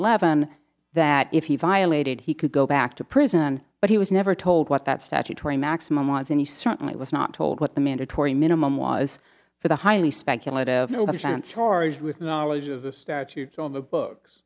eleven that if he violated he could go back to prison but he was never told what that statutory maximum was and he certainly was not told what the mandatory minimum was for the highly speculative notion storage with knowledge of the statutes on the books